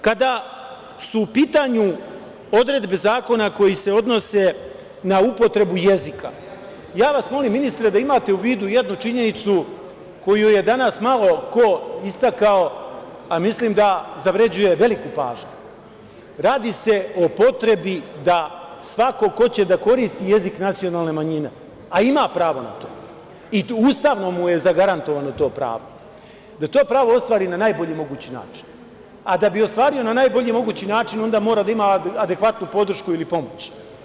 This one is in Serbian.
Kada su u pitanju odredbe zakona koje se odnose na upotrebu jezika, ja vas molim, ministre, da imate u vidu jednu činjenicu koju je danas malo ko istakao, a mislim da zavređuje veliku pažnju, radi se o potrebi da svako ko će da koristi jezik nacionalne manjine, a ima pravo na to, i Ustavom mu je zagarantovano to pravo, da to pravo ostvari na najbolji mogući način, a da bi ostvario na najbolji mogući način, onda mora da ima adekvatnu podršku ili pomoć.